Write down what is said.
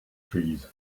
trees